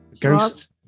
ghost